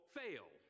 fail